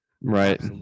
Right